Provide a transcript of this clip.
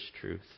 truth